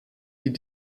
die